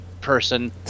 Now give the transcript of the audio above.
person